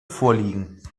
vorliegen